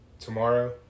tomorrow